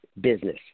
business